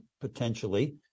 potentially